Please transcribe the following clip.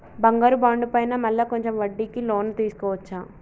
బంగారు బాండు పైన మళ్ళా కొంచెం వడ్డీకి లోన్ తీసుకోవచ్చా?